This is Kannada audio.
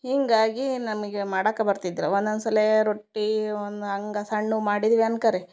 ಹೀಗಾಗಿ ನಮಗೆ ಮಾಡಾಕ ಬರ್ತಿದ್ದರ ಒಂದೊಂದ್ಸಲೇ ರೊಟ್ಟಿ ಒಂದ್ ಅಂಗ ಸಣ್ಣು ಮಾಡಿದಿವಿ ಅನ್ಕರಿ